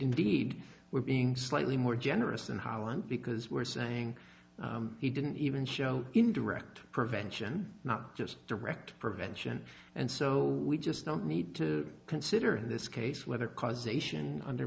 indeed we're being slightly more generous in holland because we're saying he didn't even show in direct prevention not just direct prevention and so we just don't need to consider this case whether causation under